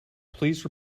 please